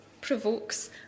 provokes